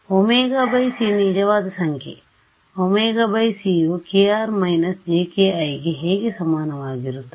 ωc ನಿಜವಾದ ಸಂಖ್ಯೆ ωc ಯು kr jkiಗೆ ಹೇಗೆ ಸಮಾನವಾಗಿರುತ್ತದೆ